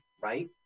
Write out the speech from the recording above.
right